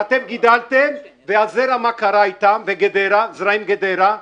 ואתם גידלתם, ו"זרעים גדרה"